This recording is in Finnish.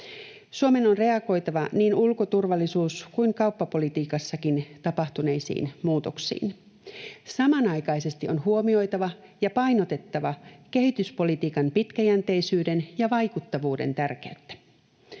Suomen on reagoitava niin ulko-, turvallisuus- kuin kauppapolitiikassakin tapahtuneisiin muutoksiin. Samanaikaisesti on huomioitava ja painotettava kehityspolitiikan pitkäjänteisyyden ja vaikuttavuuden tärkeyttä.